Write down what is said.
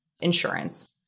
insurance